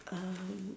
um